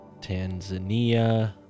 Tanzania